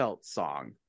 song